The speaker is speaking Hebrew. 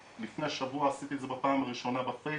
אני לא סתם חושב שהוועדה הזאת בין היתר